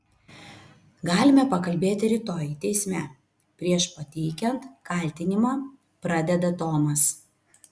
galime pakalbėti rytoj teisme prieš pateikiant kaltinimą pradeda tomas